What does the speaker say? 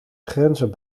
grenzen